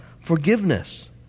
forgiveness